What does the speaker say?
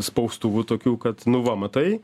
spaustuvų tokių kad nu va matai